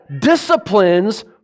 disciplines